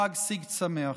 חג סגד שמח.